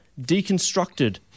deconstructed